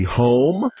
home